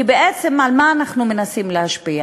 כי בעצם על מה אנחנו מנסים להשפיע?